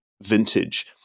vintage